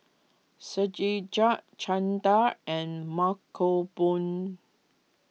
Satyajit Chanda and Mankombu